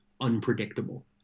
unpredictable